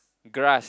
grass